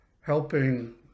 helping